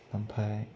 ओमफाय